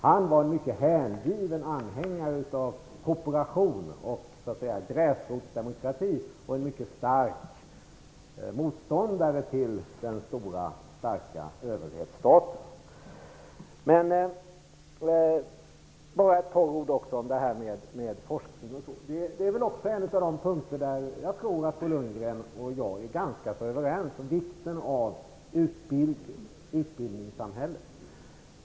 Han var en mycket hängiven anhängare av kooperation och gräsrotsdemokrati och en mycket stark motståndare till den stora starka överhetsstaten. Sedan bara ett par ord om forskning och sådant. Detta är också en av de punkter där jag tror att Bo Lundgren och jag är ganska så överens när det gäller vikten av utbildning, av utbildningssamhället.